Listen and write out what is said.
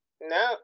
No